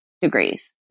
degrees